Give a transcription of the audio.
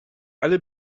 alle